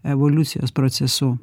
evoliucijos procesu